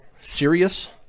serious